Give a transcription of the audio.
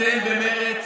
אתם במרצ